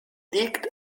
liegt